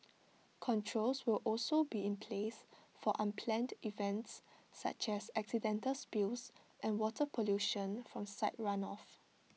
controls will also be in place for unplanned events such as accidental spills and water pollution from site runoff